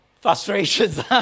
frustrations